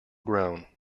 grown